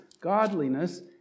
godliness